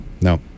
No